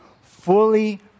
fully